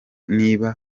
niba